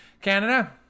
Canada